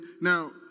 now